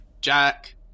Jack